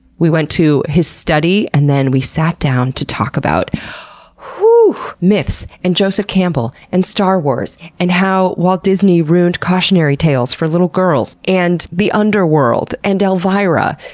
we went to his study, and then we sat down to talk about myths, and joseph campbell, and star wars, and how walt disney ruined cautionary tales for little girls, and the underworld, and elvira.